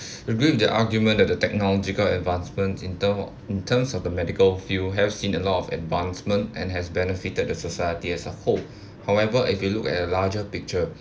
agree with the argument that the technological advancements in term of in terms of the medical field have seen a lot of advancement and has benefited the society as a whole however if you look at the larger picture